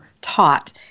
taught